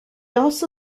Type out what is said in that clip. also